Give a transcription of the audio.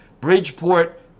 Bridgeport